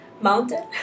mountain